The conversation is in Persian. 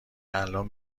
الان